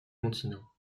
continent